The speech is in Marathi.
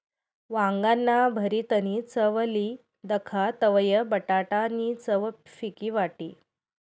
वांगाना भरीतनी चव ली दखा तवयं बटाटा नी चव फिकी वाटी